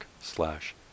slash